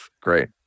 great